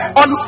on